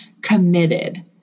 committed